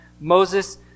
Moses